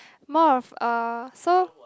more of uh so